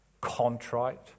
contrite